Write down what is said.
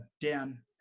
Dan